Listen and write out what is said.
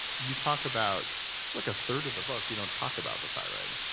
you talk about. it's like a third of the book, you don't talk about the thyroid,